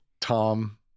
Tom